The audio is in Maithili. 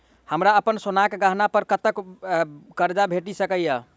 हमरा अप्पन सोनाक गहना पड़ कतऽ करजा भेटि सकैये?